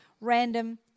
random